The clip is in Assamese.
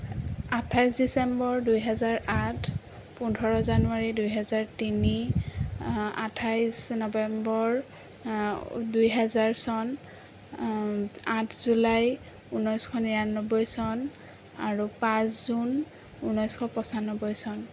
আঠাইছ ডিচেম্বৰ দুই হাজাৰ আঠ পোন্ধৰ জানুৱাৰী দুই হাজাৰ তিনি আঠাইছ নৱেম্বৰ দুই হাজাৰ চন আঠ জুলাই ঊনৈছশ নিৰানব্বৈ চন আৰু পাঁচ জুন ঊনৈছশ পঁচানব্বৈ চন